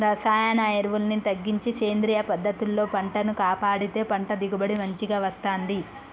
రసాయన ఎరువుల్ని తగ్గించి సేంద్రియ పద్ధతుల్లో పంటను కాపాడితే పంట దిగుబడి మంచిగ వస్తంది